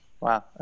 Wow